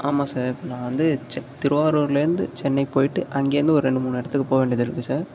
ஆமாம் சார் நான் வந்து செ திருவாரூர்லேந்து சென்னை போய்ட்டு அங்கேயிருந்து ஒரு ரெண்டு மூணு இடத்துக்கு போக வேண்டியது இருக்குது சார்